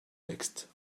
texte